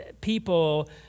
people